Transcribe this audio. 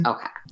Okay